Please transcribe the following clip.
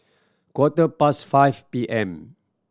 quarter past five P M